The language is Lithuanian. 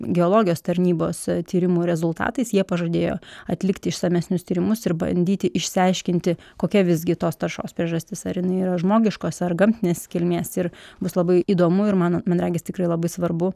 geologijos tarnybos tyrimų rezultatais jie pažadėjo atlikti išsamesnius tyrimus ir bandyti išsiaiškinti kokia visgi tos taršos priežastis ar jinai yra žmogiškos ar gamtinės kilmės ir bus labai įdomu ir man man regis tikrai labai svarbu